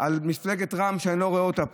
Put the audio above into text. על מפלגת רע"מ, שאני לא רואה אותה פה.